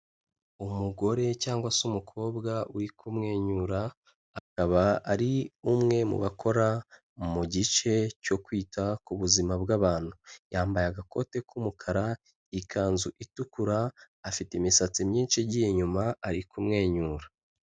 Umugore cyangwa se umukobwa uri kumwenyura, akaba ari umwe mu bakora mu gice cyo kwita ku buzima bw'abantu. Yambaye agakote k'umukara, ikanzu itukura, afite imisatsi myinshi igiye inyuma ari kumwenyura.